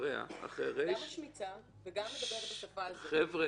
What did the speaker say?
גם משמיצה וגם מדברת בשפה הזאת.